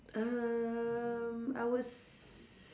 um I would s~